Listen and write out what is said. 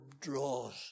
draws